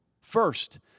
First